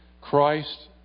Christ